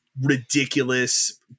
ridiculous